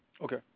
Okay